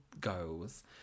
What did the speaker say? goes